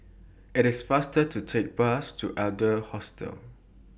IT IS faster to Take The Bus to Adler Hostel